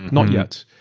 not yet.